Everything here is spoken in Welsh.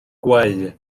gweu